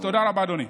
תודה רבה, אדוני.